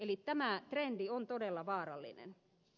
eli tämä trendi on todella vaarallinen